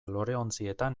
loreontzietan